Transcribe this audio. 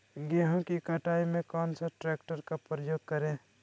गेंहू की कटाई में कौन सा ट्रैक्टर का प्रयोग करें?